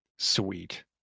Sweet